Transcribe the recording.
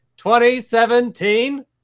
2017